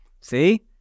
See